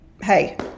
hey